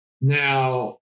Now